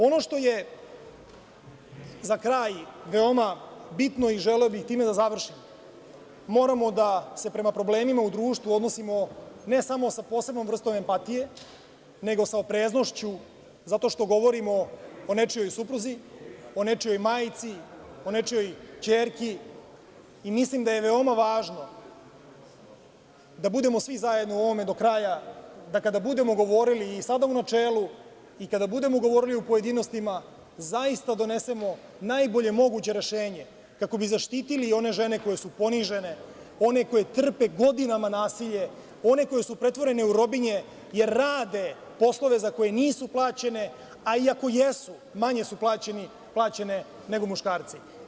Ono što je za kraj veoma bitno i želeo bih time da završim, moramo da se prema problemima u društvu odnosima, ne samo sa posebnom vrstom empatije, nego sa opreznošću, zato što govorimo o nečijoj supruzi, o nečijoj majci, o nečijoj ćerki i mislim da je veoma važno da budemo svi zajedno u ovome dokraja, da kada budemo govorili u načelu i kada budemo govorili u pojedinostima, zaista donesemo najbolje moguće rešenje, kako bi zaštitili one žene koje su ponižene, neke trpe godinama nasilje, one koje su pretvorene u robinje, jer rade poslove za koje nisu plaćene, a i ako jesu, manje su plaćene nego muškarci.